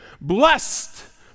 Blessed